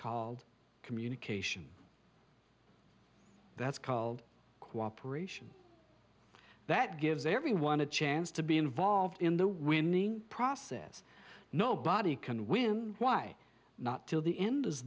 called communication that's called cooperation that gives everyone a chance to be involved in the winning process nobody can win why not till the end is